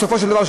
בסופו של דבר,